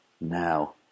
now